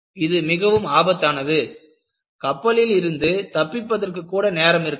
இது மிகவும் ஆபத்தானது கப்பலில் இருந்து தப்பிப்பதற்கு கூட நேரம் இருக்காது